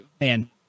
man